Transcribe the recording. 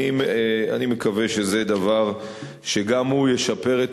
אני מקווה שזה דבר שגם הוא ישפר את